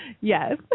Yes